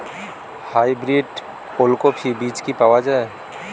Hybrid ওলকফি বীজ কি পাওয়া য়ায়?